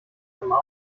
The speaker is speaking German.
immer